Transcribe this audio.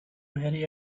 very